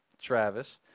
Travis